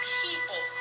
people